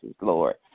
Lord